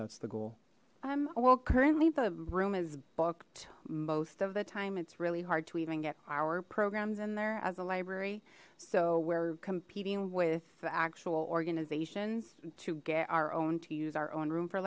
that's the goal i'm well currently the room is booked most of the time it's really hard to even get our programs in there as a library so we're competing with actual organizations to get our own to use our own room for